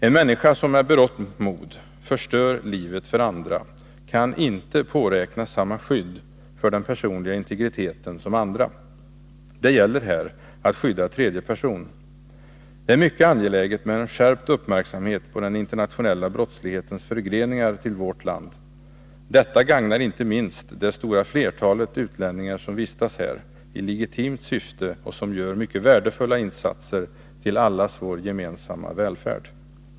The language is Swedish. En människa som med berått mod förstör livet för andra kan inte påräkna samma skydd för den personliga integriteten som andra. Det gäller här att skydda tredje person. Det är mycket angeläget med en skärpt uppmärksamhet på den internationella brottslighetens förgreningar till vårt land. Detta gagnar inte minst det stora flertalet utlänningar som vistas här i legitimt syfte, och som gör mycket värdefulla insatser för allas vår gemensamma välfärd.